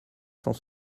cent